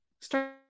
start